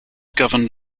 governed